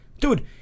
Dude